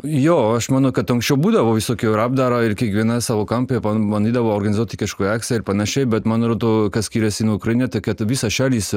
jo aš manau kad anksčiau būdavo visokių ir apdarą ir kiekviena savo kampe bandydavo organizuoti kažkokią akciją ir panašiai bet man rodo ka skiriasi nuo ukraina tai kad visos šalys